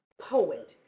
Poet